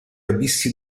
abissi